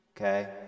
okay